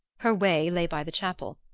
her way lay by the chapel,